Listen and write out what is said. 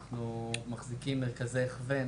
אני מחזיקים מרכזי הכוון